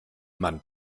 man